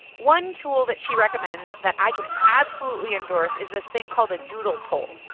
one tool that she recommends that i can absolutely endorse is this thing called a doodle poll.